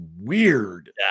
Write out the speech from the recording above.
weird